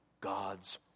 God's